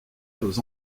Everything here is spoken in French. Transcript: aux